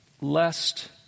Lest